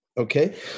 Okay